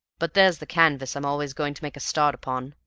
but there's the canvas i'm always going to make a start upon.